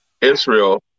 Israel